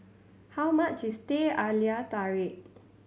how much is Teh Halia Tarik